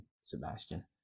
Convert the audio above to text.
Sebastian